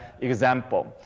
example